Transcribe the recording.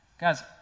Guys